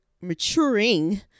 maturing